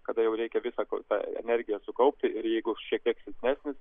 kada jau reikia visą tą energiją sukaupti ir jeigu šiek tiek silpnesnis